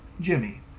Jimmy